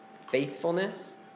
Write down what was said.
Faithfulness